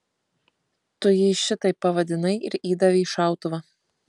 tu jį šitaip pavadinai ir įdavei šautuvą